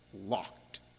locked